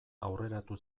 aurreratu